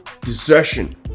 desertion